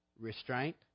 Restraint